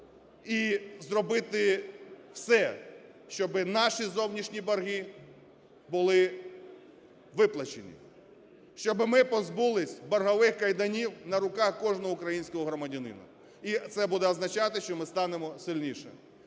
і зробити все, щоб наші зовнішні борги були виплачені, щоб ми позбулися боргових кайданів на руках кожного українського громадянина. І це буде означати, що ми станемо сильнішими.